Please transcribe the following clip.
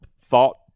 thought